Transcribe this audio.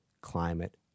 climate